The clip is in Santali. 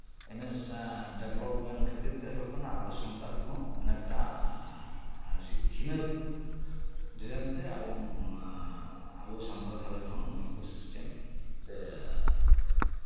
ᱤᱱᱟᱹ ᱰᱮᱵᱞᱚᱯ ᱮᱱ ᱠᱷᱟᱛᱤᱨ ᱛᱮ ᱦᱳᱭᱳᱜ ᱠᱟᱱᱟ ᱟᱵᱚ ᱥᱟᱱᱛᱟᱞ ᱠᱚ ᱚᱱᱮᱠᱴᱟ ᱥᱤᱠᱷᱱᱟᱹᱛ ᱫᱷᱮᱨ ᱮᱱ ᱛᱮ ᱟᱵᱚ ᱮᱵᱚᱝ ᱟᱵᱚ ᱥᱟᱱᱛᱟᱞ ᱜᱷᱟᱸᱨᱚᱡᱽ ᱨᱮᱦᱚᱸ ᱱᱚᱶᱟ ᱠᱚ ᱥᱤᱥᱴᱮᱢ ᱥᱮ